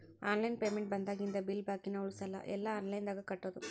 online payment ಬಂದಾಗಿಂದ bill ಬಾಕಿನ ಉಳಸಲ್ಲ ಎಲ್ಲಾ ಆನ್ಲೈನ್ದಾಗ ಕಟ್ಟೋದು